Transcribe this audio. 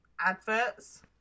adverts